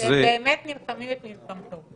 שבאמת נלחמים את מלחמתו.